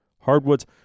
hardwoods